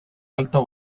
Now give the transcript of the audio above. alto